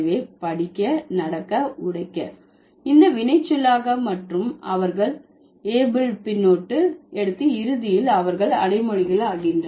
எனவே படிக்க நடக்க உடைக்க இந்த வினைச்சொல்லாக மற்றும் அவர்கள் able பின்னொட்டு எடுத்து இறுதியில் அவர்கள் அடைமொழிகள் ஆக